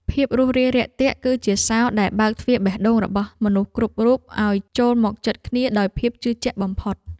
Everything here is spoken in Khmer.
ភាពរួសរាយរាក់ទាក់ គឺជាសោរដែលបើកទ្វារបេះដូងរបស់មនុស្សគ្រប់រូបឱ្យចូលមកជិតគ្នាដោយភាពជឿជាក់បំផុត។